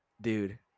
dude